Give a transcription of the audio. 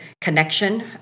connection